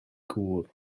gŵr